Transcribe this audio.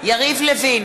יריב לוין,